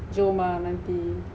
jom ah nanti